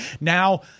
Now